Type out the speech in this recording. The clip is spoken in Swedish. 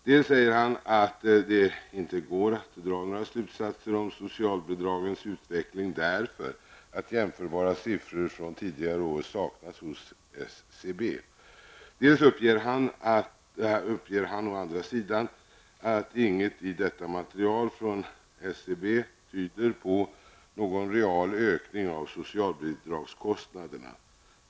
Dels säger han att det inte går att dra några slutsatser om socialbidragens utveckling därför att jämförbara siffror från tidigare år saknas hos SCB, dels uppger han å andra sidan att inget i detta material från SCB tyder på någon real ökning av socialbidragskostnaderna.